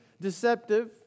deceptive